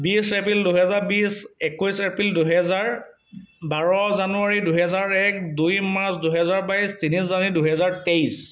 বিছ এপ্ৰিল দুহেজাৰ বিছ একৈছ এপ্ৰিল দুহেজাৰ বাৰ জানুৱাৰী দুহেজাৰ এক দুই মাৰ্চ দুহেজাৰ বাইছ তিনি জানুৱাৰী দুহেজাৰ তেইছ